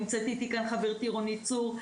נמצאת איתי כאן חברתי רונית צור.